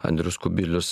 andrius kubilius